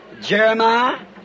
Jeremiah